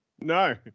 No